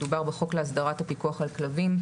מדובר בחוק להסדרת הפיקוח על כלבים,